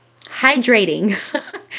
Hydrating